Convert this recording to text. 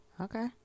okay